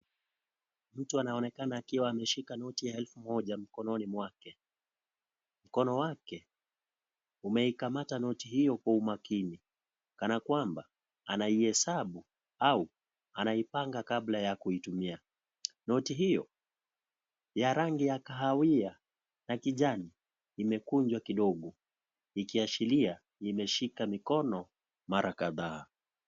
Mtu anaonekana akiwa ameshika noti ya elfu moja mkononi mwake . Mkono wake , umeikamata noti hiyo kwa umaakini kana kwamba anaihesabu au anaipanga kabla ya kuitumia . Noti hiyo ya rangi ya kaawia na kijani imekunjwa kidogo, ikiashiria imeshika mikono mara kadhaa.